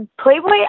Playboy